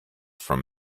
from